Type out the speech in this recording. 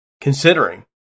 considering